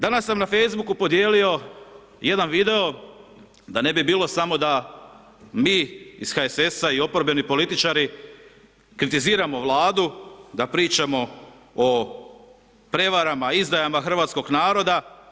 Danas sam na Facebooku podijelio jedan video da ne bi bilo samo da mi iz HSS-a i oporbeni političari kritiziramo Vladu da pričamo o prevarama, izdajama hrvatskog naroda.